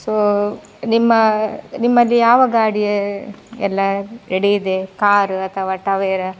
so ನಿಮ್ಮ ನಿಮ್ಮಲ್ಲಿ ಯಾವ ಗಾಡಿ ಎಲ್ಲ ರೆಡಿ ಇದೆ ಕಾರು ಅಥವಾ ಟವೆರಾ